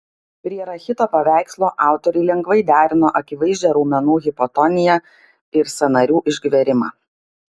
prie rachito paveikslo autoriai lengvai derino akivaizdžią raumenų hipotoniją ir sąnarių išgverimą